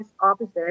opposite